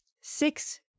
Six